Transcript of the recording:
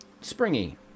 springy